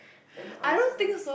and awesome